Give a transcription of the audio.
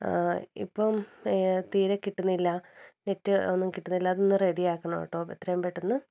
ഇപ്പം തീരെ കിട്ടുന്നില്ല നെറ്റ് ഒന്നും കിട്ടുന്നില്ല അതൊന്ന് റെഡിയാക്കണം കേട്ടോ എത്രയും പെട്ടെന്ന്